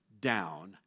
down